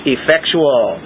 Effectual